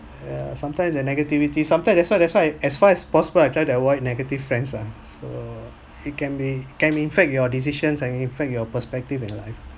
ya sometimes the negativity sometimes that's why that's why as far as possible I try to avoid negative friends ah so it can be can affect your decisions and affect your perspective in life